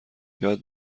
یاد